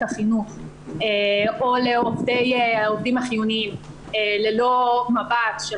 החינוך או לעובדים החיוניים ללא מבט של